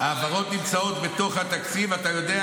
העברות נמצאות בתוך התקציב, אתה יודע.